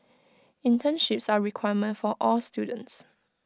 internships are A requirement for all students